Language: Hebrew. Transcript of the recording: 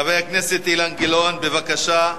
חבר הכנסת אילן גילאון, בבקשה.